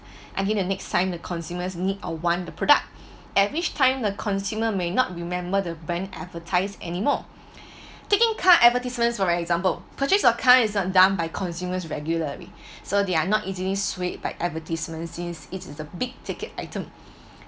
and then the next time the consumers need or want the product at which time the consumer may not remember the brand advertise anymore taking car advertisements for example purchase a car is done by consumers regularly so they are not easily swayed by advertisement since it as a big ticket item